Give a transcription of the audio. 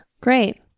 great